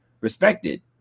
respected